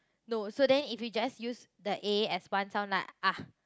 no so then if you just use the A as one sound like ah